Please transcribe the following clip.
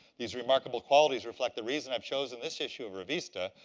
these remarkable qualities reflect the reason i've chosen this issue of revista,